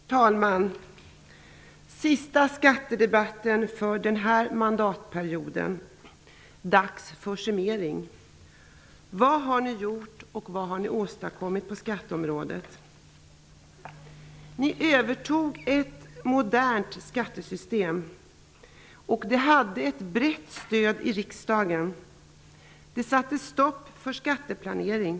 Herr talman! Sista skattedebatten för denna mandatperiod. Dags för summering. Vad har ni gjort? Vad har ni åstadkommit på skatteområdet? Ni övertog ett modernt skattesystem. Det hade ett brett stöd i riksdagen. Det satte stopp för skatteplanering.